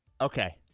Okay